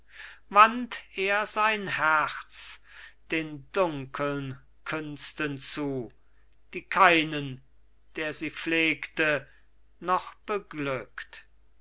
wandt er sein herz den dunkeln künsten zu die keinen der sie pflegte noch beglückt